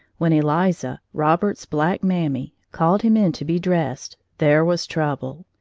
when eliza, robert's black mammy, called him in to be dressed, there was trouble.